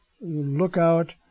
lookout